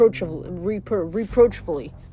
reproachfully